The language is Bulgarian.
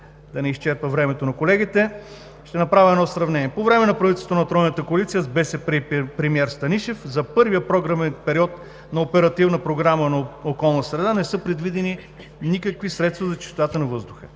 да не изчерпя времето на колегите, ще направя едно сравнение. По време на правителството на Тройната коалиция с БСП при премиер Станишев за първия програмен период на Оперативна програма „Околна среда“ не са предвидени никакви средства за чистотата на въздуха.